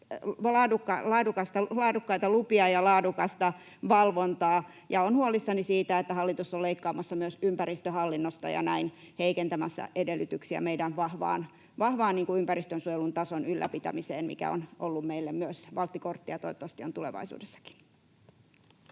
laadukkaita lupia ja laadukasta valvontaa. Ja olen huolissani siitä, että hallitus on leikkaamassa myös ympäristöhallinnosta ja näin heikentämässä edellytyksiä meidän vahvaan ympäristönsuojelun tason ylläpitämiseen, mikä on ollut meille myös valttikortti ja toivottavasti on tulevaisuudessakin.